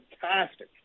fantastic